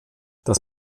das